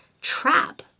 trap